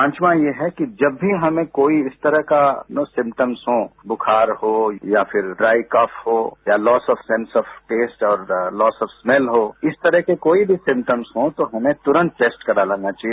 पांचवां ये है कि जब भी हमें कोई इस तरह का न सिम्टम्स हो बुखार हो या फिर ड्राई कफ हो या फिर loss of sense of taste और लॉस ऑफ स्मैल हो इस तरह के कोई भी सिमटम्स हों तो हमें तुरन्त टैस्ट करा लेना चाहिए